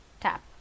tap